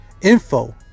Info